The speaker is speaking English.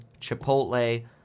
Chipotle